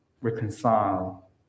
reconcile